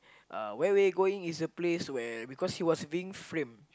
uh where where where you going is a place where because he was being framed